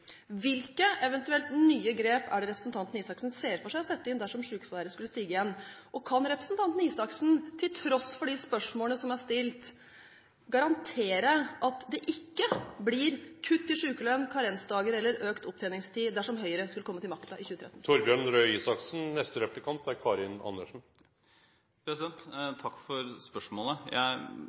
Hvilke eventuelle nye grep ser representanten Røe Isaksen for seg å sette inn dersom sykefraværet skulle stige igjen? Og kan representanten Røe Isaksen, til tross for de spørsmålene som er stilt, garantere at det ikke blir karensdager, kutt i sykelønn eller økt opptjeningstid dersom Høyre skulle komme til makten i 2013? Takk for spørsmålet. Premisset er litt feil, for jeg sa noe om sykelønn. Jeg